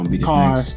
Car